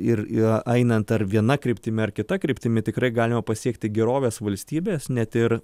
ir einant ar viena kryptimi ar kita kryptimi tikrai galima pasiekti gerovės valstybės net ir